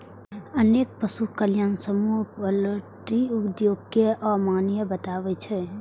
अनेक पशु कल्याण समूह पॉल्ट्री उद्योग कें अमानवीय बताबै छै